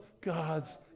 god's